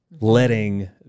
letting